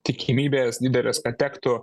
tikimybės didelės kad tektų